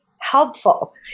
helpful